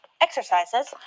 exercises